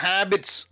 Habits